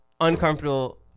Uncomfortable